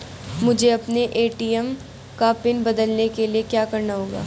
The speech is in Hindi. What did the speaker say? मुझे अपने ए.टी.एम का पिन बदलने के लिए क्या करना होगा?